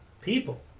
people